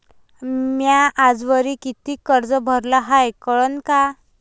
म्या आजवरी कितीक कर्ज भरलं हाय कळन का?